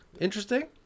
Interesting